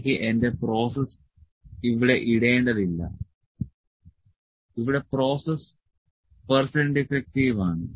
എനിക്ക് എന്റെ പ്രോസസ്സ് ഇവിടെ ഇടേണ്ടതില്ല ഇവിടെ പ്രോസസ്സ് പെർസെന്റ് ഡിഫെക്ടിവ് ആണ്